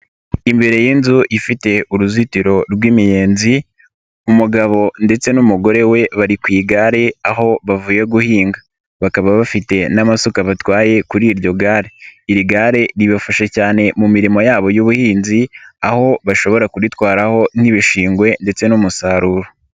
Imbere y'inzu ifite uruzitiro rw'imiyenzi, umugabo ndetse n'umugore we bari ku igare aho bavuye guhinga, bakaba bafite n'amasuka batwaye kuri iryo gare. Iri gare ribafasha cyane mu mirimo yabo y'ubuhinzi, aho bashobora kuritwaraho nk'ibishingwe ndetse n'umusaruro.